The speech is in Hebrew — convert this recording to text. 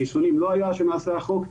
חיסונים לא היו עת נעשה החוק.